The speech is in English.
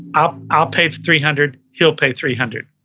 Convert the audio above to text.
i'll i'll pay for three hundred, he'll pay three hundred.